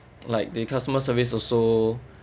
like the customer service also